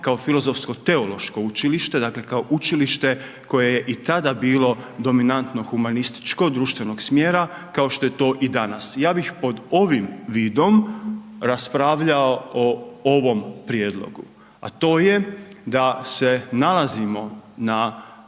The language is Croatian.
kao filozofsko-teološko učilište, dakle učilište koje je i tada bilo dominantno humanističko društvenog smjera kao što je to i danas. Ja bih pod ovim vidom raspravljao o ovom prijedlogu a to je da se nalazimo na